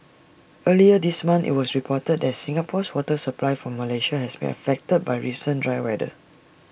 earlier this month IT was reported that Singapore's water supply from Malaysia has been affected by recent dry weather